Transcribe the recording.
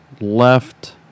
left